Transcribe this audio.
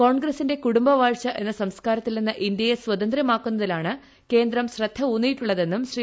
കോൺഗ്രസിന്റെ കുടുംബവാഴ്ച എന്ന സംസ്കാരത്തിൽ നിന്ന് ഇന്ത്യയെ സ്വതന്ത്രമാക്കുന്നതിലാണ് കേന്ദ്രം ശ്രദ്ധ ഊന്നിയിട്ടുള്ളതെന്നും ശ്രീ